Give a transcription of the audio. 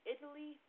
Italy